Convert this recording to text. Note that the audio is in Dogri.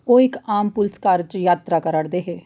ओह् इक आम पुलस कार च जात्तरा करा र दे हे